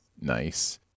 nice